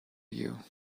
you